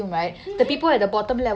mmhmm